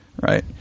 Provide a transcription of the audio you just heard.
Right